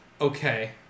Okay